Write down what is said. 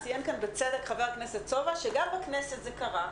ציין כאן בצדק חבר הכנסת סובה שגם בכנסת זה קרה,